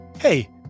Hey